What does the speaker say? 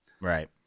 Right